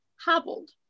hobbled